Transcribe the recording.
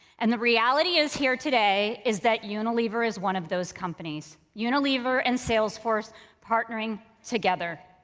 and the reality is here today is that unilever is one of those companies. unilever and salesforce partnering together.